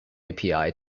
api